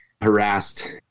harassed